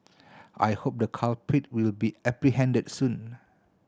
I hope the culprit will be apprehended soon